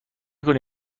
کنی